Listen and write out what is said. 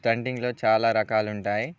స్టంటింగ్లో చాలా రకాలుంటాయి